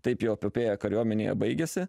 taip jo epopėja kariuomenėje baigiasi